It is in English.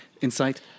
Insight